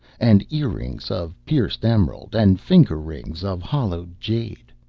and earrings of pierced emerald, and finger-rings of hollowed jade.